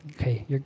okay